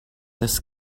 this